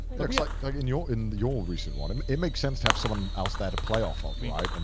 looks like in your in your recent one, um it makes sense to have someone else there to play off of. i mean right? and